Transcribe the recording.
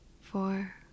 four